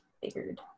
Figured